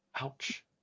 Ouch